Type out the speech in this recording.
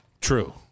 True